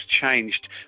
changed